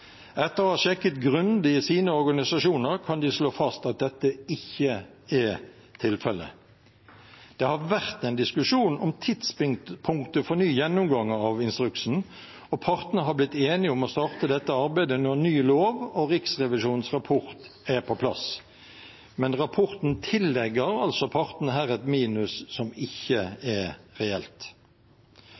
Etter å ha sjekket grundig i sine organisasjoner kan de slå fast at dette ikke er tilfellet. Det har vært en diskusjon om tidspunktet for ny gjennomgang av instruksen, og partene har blitt enige om å starte dette arbeidet når ny lov og Riksrevisjonens rapport er på plass, men rapporten tillegger altså partene her et minus som ikke er reelt.